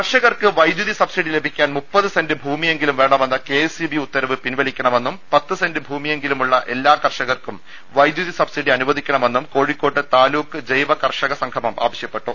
കർഷകർക്ക് വൈദ്യുതി സബ്സിഡി ലഭിക്കാൻ മുപ്പത് സെന്റ് ഭൂമിയെങ്കിലും വേണമെന്ന കെഎസ്ഇബി ഉത്തരവ് പിൻവലിക്കണമെന്നും പത്ത് സെന്റ് ഭൂമിയെങ്കിലും ഉള്ള എല്ലാ കർഷകർക്കും വൈദ്യുതി സബ്സിഡി അനുവദിക്കണമെന്നും കോഴിക്കോട് താലൂക്ക് ജൈവ കർഷക സംഗമം ആവശ്യപ്പെട്ടു